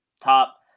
top